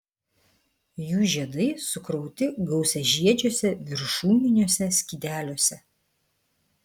jų žiedai sukrauti gausiažiedžiuose viršūniniuose skydeliuose